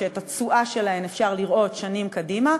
שאת התשואה שלהן אפשר לראות שנים קדימה,